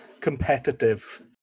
competitive